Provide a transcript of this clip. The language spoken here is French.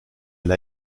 elle